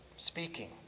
Speaking